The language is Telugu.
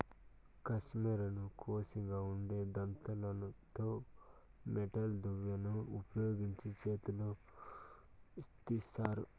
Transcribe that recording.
కష్మెరెను కోషిగా ఉండే దంతాలతో మెటల్ దువ్వెనను ఉపయోగించి చేతితో తీస్తారు